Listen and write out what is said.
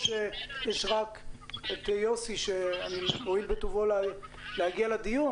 או שיש רק את יוסי שהואיל בטובו להגיע לדיון